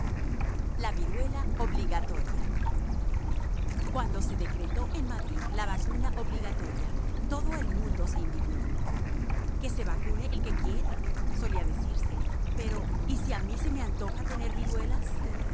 la viruela obligatoria cuando se decretó en madrid la vacuna obligatoria todo el mundo se indignó que se vacune el que quiera solía decirse pero y si a mí se me antoja tener viruelas